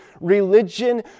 religion